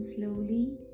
slowly